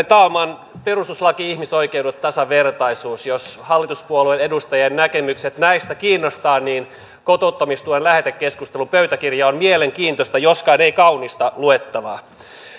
talman perustuslaki ihmisoikeudet tasavertaisuus jos hallituspuolueiden edustajien näkemykset näistä kiinnostavat niin kotouttamistuen lähetekeskustelun pöytäkirja on mielenkiintoista joskaan ei kaunista luettavaa